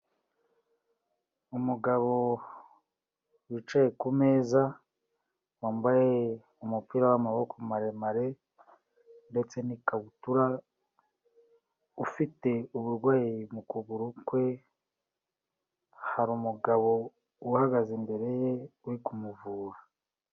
Umugabo wicaye kumeza wambaye umupira wamaboko maremare ndetse n'ikabutura, ufite uburwayi mu kuguru kwe, hari umugabo uhagaze imbere ye, uri kumuvura.